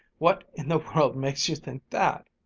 what in the world makes you think that?